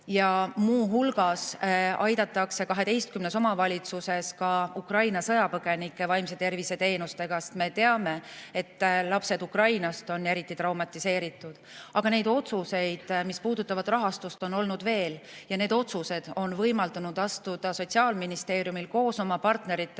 Ja muu hulgas aidatakse 12 omavalitsuses ka Ukraina sõjapõgenikke vaimse tervise teenustega, sest me teame, et lapsed Ukrainast on eriti traumeeritud. Aga neid otsuseid, mis puudutavad rahastust, on olnud veel, ja need otsused on võimaldanud astuda Sotsiaalministeeriumil koos oma partneritega